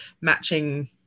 matching